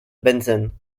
benzène